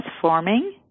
forming